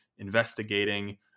investigating